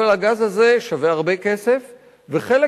אבל הגז הזה שווה הרבה כסף, וחלק